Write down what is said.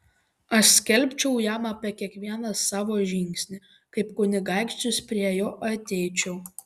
aš skelbčiau jam apie kiekvieną savo žingsnį kaip kunigaikštis prie jo ateičiau